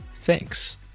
Thanks